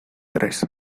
tres